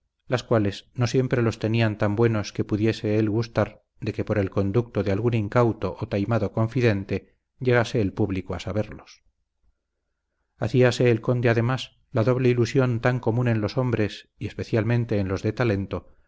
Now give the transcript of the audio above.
las cuales no siempre los tenían tan buenos que pudiese él gustar de que por el conducto de algún incauto o taimado confidente llegase el público a saberlos hacíase el conde además la doble ilusión tan común en los hombres y especialmente en los de talento